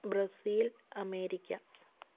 Brazil America